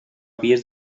vies